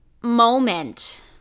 moment